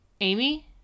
Amy